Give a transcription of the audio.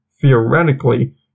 theoretically